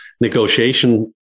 negotiation